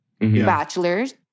Bachelors